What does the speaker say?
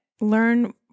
Learn